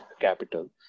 capital